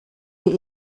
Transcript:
die